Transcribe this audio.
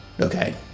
Okay